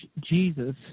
Jesus